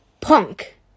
punk